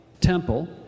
temple